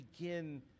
begin